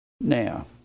Now